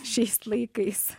šiais laikais